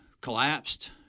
collapsed